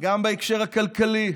גם בהקשר הכלכלי,